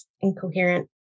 incoherent